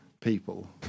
People